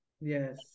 Yes